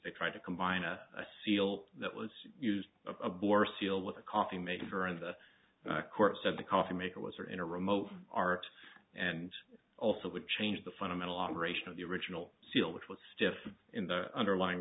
with trying to combine a seal that was used a bore seal with a coffee maker and the court said the coffee maker was there in a remote r and also would change the fundamental operation of the original seal which was stiff in the underlying